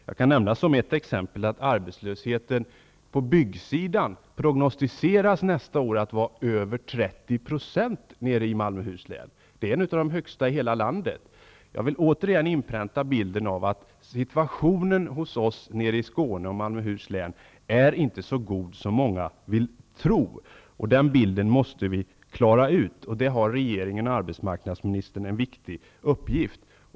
Jag kan som exempel nämna att arbetslösheten på byggsidan nästa år prognosticeras till över 30 % i Malmöhus län. Det är ett av de högsta arbetslöshetstalen i landet. Jag vill återigen inpränta bilden av att situationen hos oss nere i Skåne och Malmöhus län inte är så god som många vill tro. Den bilden måste vi klara ut, och där har regeringen och arbetsmarknadsministern en viktig uppgift.